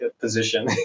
position